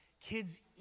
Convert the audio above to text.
Kids